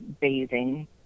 bathing